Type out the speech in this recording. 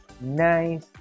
nice